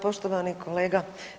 Poštovani kolega.